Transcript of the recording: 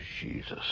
Jesus